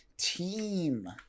Team